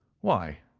why,